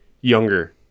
younger